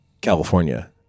California